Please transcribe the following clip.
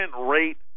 rate